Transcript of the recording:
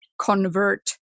convert